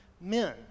men